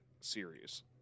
series